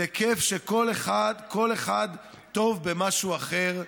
זה כיף שכל אחד טוב במשהו אחר,